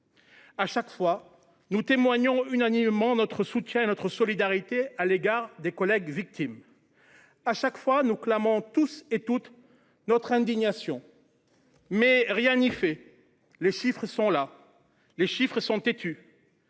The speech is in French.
Chaque fois, nous témoignons unanimement notre soutien et notre solidarité à l’égard des collègues victimes. Chaque fois, nous clamons toutes et tous notre indignation, mais rien n’y fait ! Les chiffres sont là ! Les chiffres sont têtus.